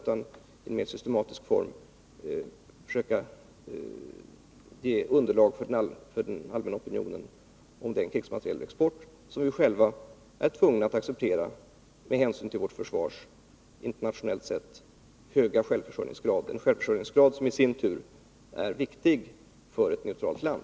Vi vill också i mer systematisk form ge underlag för den allmänna opinionen om den krigsmaterielexport som vi är tvungna att acceptera med hänsyn till vårt försvars internationellt sett höga självförsörjningsgrad, som i sin tur är viktig för ett neutralt land.